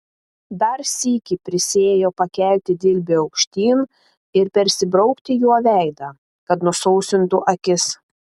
dar sykį prisiėjo pakelti dilbį aukštyn ir persibraukti juo veidą kad nusausintų akis